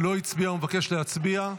לא הצביע ומבקש להצביע?